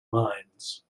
minds